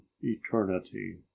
eternity